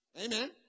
Amen